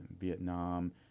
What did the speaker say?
Vietnam